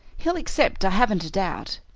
he'll accept, i haven't a doubt.